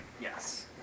Yes